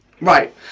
Right